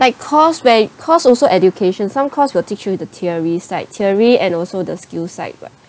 like course where course also education some course will teach you the theories like theory and also the skill side [what]